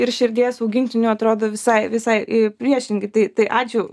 ir širdies augintinių atrodo visai visai priešingi tai tai ačiū